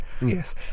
Yes